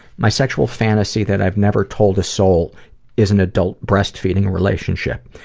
my sexual fantasy that i've never told a soul is an adult breastfeeding relationship.